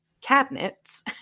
cabinets